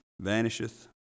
vanisheth